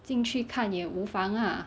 进去看也无妨 lah